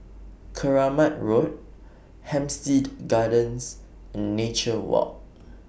Keramat Road Hampstead Gardens and Nature Walk